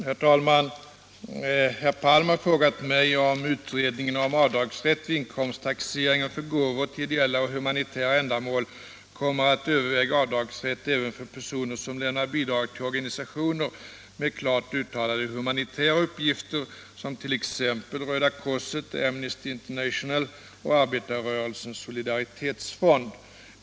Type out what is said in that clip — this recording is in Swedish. Herr talman! Herr Palm har frågat mig om utredningen om avdragsrätt vid inkomsttaxeringen för gåvor till ideella och humanitära ändamål kommer att överväga avdragsrätt även för personer som lämnar bidrag till organisationer med klart humanitära uppgifter som t.ex. Röda korset, Amnesty International och Arbetarrörelsens solidaritetsfond.